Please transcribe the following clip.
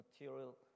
material